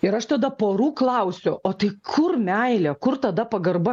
ir aš tada porų klausiu o tai kur meilė kur tada pagarba